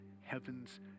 heaven's